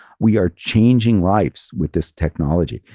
we are changing lives with this technology,